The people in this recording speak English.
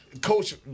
Coach